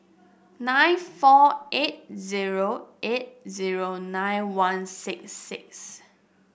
nine four eight zero eight zero nine one six six